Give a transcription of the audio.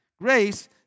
Grace